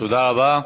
תודה רבה.